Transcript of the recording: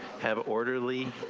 have orderly.